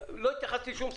אני לא התייחסתי לשום סעיף.